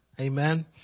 Amen